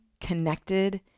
connected